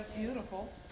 Beautiful